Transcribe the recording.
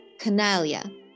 Canalia